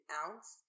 ounce